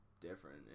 different